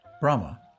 Brahma